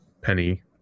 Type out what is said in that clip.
penny